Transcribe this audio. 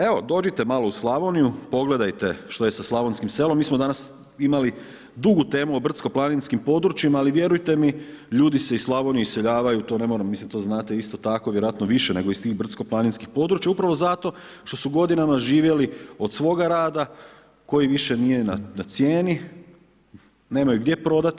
Evo dođite malo u Slavonije, pogledajte što je sa slavonskim selom, mi smo danas imali dugu temu o brdsku planinskim područjima, ali, vjerujte mi, ljudi se iz Slavonije iseljavaju, to ne moram mislit, to znate isto tako vjerojatno više nego iz tih brdsko planinskih područja, upravo zato, što su godinama živjeli od svoga rada, koji više nije na cijeni, nemaju gdje prodati.